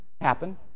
happen